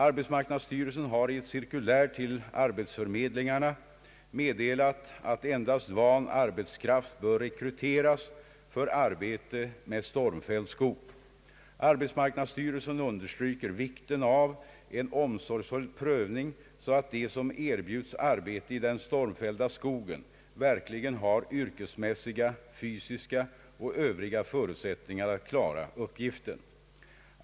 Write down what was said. Arbetsmarknadsstyrelsen har i ett cirkulär till arbetsförmedlingarna meddelat att endast van arbetskraft bör rekryteras för arbete med stormfälld skog. Arbetsmarknadsstyrelsen understryker vikten av en omsorgsfull prövning, så att de som erbjuds arbete i den stormfällda skogen verkligen har yrkesmässiga, fysiska och övriga förutsättningar att klara uppgiften.